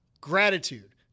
gratitude